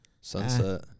Sunset